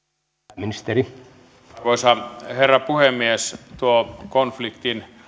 arvoisa herra puhemies tuo konfliktin